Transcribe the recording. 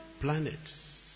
planets